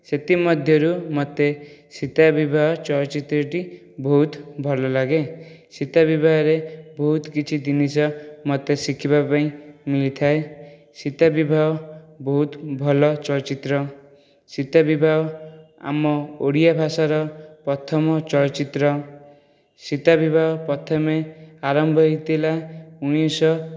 ସେଥିମଧ୍ୟରୁ ମୋତେ ସୀତା ବିବାହ ଚଳଚ୍ଚିତ୍ରଟି ବହୁତ ଭଲ ଲାଗେ ସୀତା ବିବାହାରେ ବହୁତ କିଛି ଜିନିଷ ମୋତେ ଶିଖିବାପାଇଁ ମିଳିଥାଏ ସୀତା ବିବାହ ବହୁତ ଭଲ ଚଳଚ୍ଚିତ୍ର ସୀତା ବିବାହ ଆମ ଓଡ଼ିଆ ଭାଷାର ପ୍ରଥମ ଚଳଚ୍ଚିତ୍ର ସୀତା ବିବାହ ପ୍ରଥମେ ଆରମ୍ଭ ହେଇଥିଲା ଉଣେଇଶହ